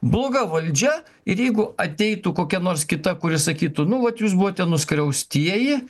bloga valdžia ir jeigu ateitų kokia nors kita kuri sakytų nu vat jūs buvote nuskriaustieji